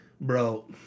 bro